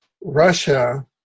Russia